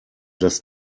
das